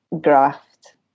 graft